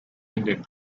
ended